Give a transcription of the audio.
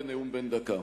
גם בנאום בן דקה.